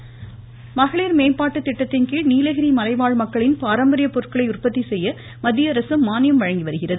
voice மகளிர் மேம்பாட்டுத் திட்டத்தின்கீழ் நீலகிரி மலைவாழ் மக்களின் பாரம்பரிய பொருட்களை உற்பத்தி செய்ய மத்தியஅரசு மானியம் வழங்கி வருகிறது